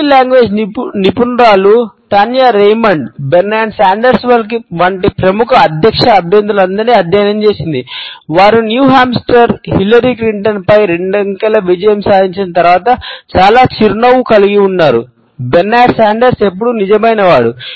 body language నిపుణురాలు Tanya Raymond ఎప్పుడూ నిజమైనవాడు